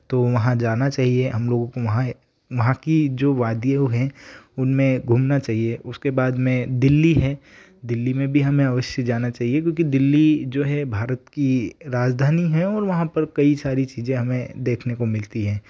तो वहाँ जाना चाहिए हम लोगों को वहाँ वहाँ की जो वादियों हैं उनमें घूमना चाहिए उसके बाद में दिल्ली है दिल्ली में भी हमें अवश्य जाना चाहिए क्योंकि दिल्ली जो है भारत की राजधानी है और वहाँ पर कई सारी चीज़ें हमें देखने को मिलती हैं